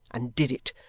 and did it,